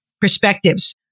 perspectives